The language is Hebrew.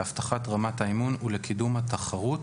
להבטחת רמת האימון ולקידום התחרות